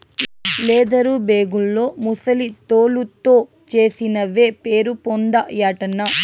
leather బేగుల్లో ముసలి తోలుతో చేసినవే పేరుపొందాయటన్నా